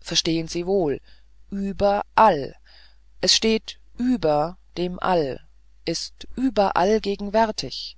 verstehen sie wohl überall es steht über dem all ist überall gegenwärtig